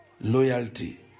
loyalty